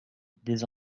des